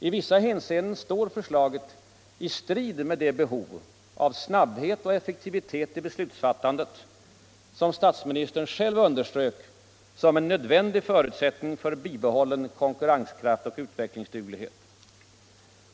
I vissa hänseenden står förslaget i strid med behovet av ”snabbhet och effektivitet i beslutsfattandet” som statsministern själv underströk som ”nödvändigt för att bibehålla konkurrenskraft och utvecklingsduglighet”.